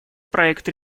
проект